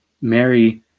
Mary